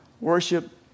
worship